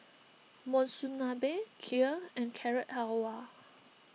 Monsunabe Kheer and Carrot Halwa